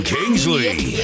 Kingsley